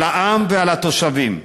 על העם ועל התושבים,